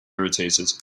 irritated